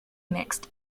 mixed